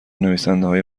نویسندههای